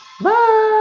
Bye